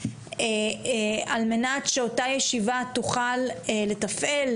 על מנת שאותה ישיבה תוכל לתפעל,